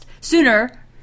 sooner